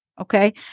okay